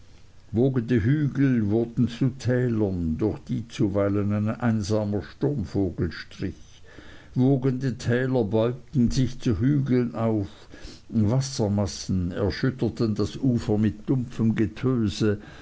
hügel wurden zu tälern durch die zuweilen ein einsamer sturmvogel strich wogende täler bäumten sich zu hügeln auf wassermassen erschütterten das ufer mit dumpfem getöse